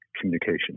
communication